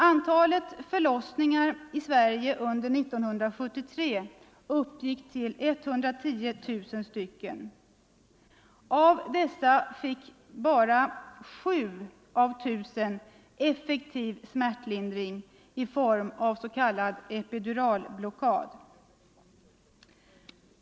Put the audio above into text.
Antalet förlossningar i Sverige uppgick under 1973 till ca 110 000. Bara 7 av 1 000 fick effektiv smärtlindring i form av s.k. epiduralblockad.